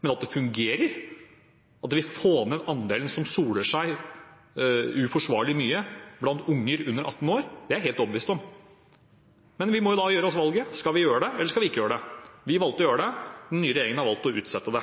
men at det fungerer og vil få ned andelen som soler seg uforsvarlig mye blant unger under 18 år, er jeg helt overbevist om. Men vi må da gjøre oss det valget: Skal vi gjøre det, eller skal vi ikke gjøre det? Vi valgte å gjøre det. Den nye regjeringen har valgt å utsette det.